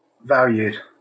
valued